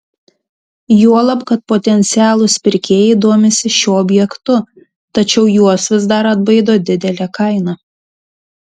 juolab kad potencialūs pirkėjai domisi šiuo objektu tačiau juos vis dar atbaido didelė kaina